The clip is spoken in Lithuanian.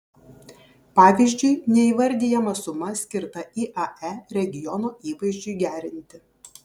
pavyzdžiui neįvardijama suma skirta iae regiono įvaizdžiui gerinti